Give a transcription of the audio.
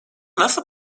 nasıl